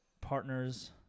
partners